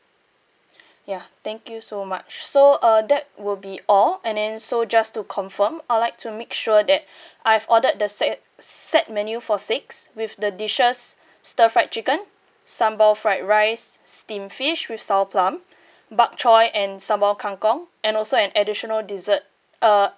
ya thank you so much so uh that will be all and then so just to confirm I'd like to make sure that I've ordered the set set menu for six with the dishes stir fried chicken sambal fried rice steamed fish with sour plum bok choy and sambal kang kong and also an additional dessert uh